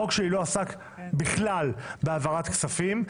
החוק שלי לא עסק בכלל בהעברת כספים,